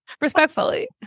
Respectfully